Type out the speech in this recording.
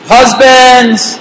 Husbands